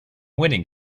winning